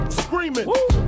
screaming